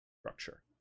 structure